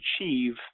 achieve